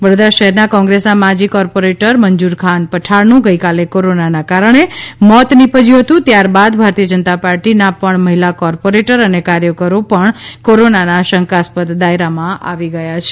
વડોદરા શહેરના કોંગ્રેસના માજી કોર્પોરેટર મંજુર ખાન પઠાણનું ગઈકાલે કોરોના ને કારણે મોત નીપજયું હતું ત્યારબાદ ભારતીય જનતા પાર્ટીના પણ મહિલા કોર્પોરેટર અને કાર્ય કરો પણ કોરોના ના શંકાસ્પદ દાયરામાં આવી ગયા છે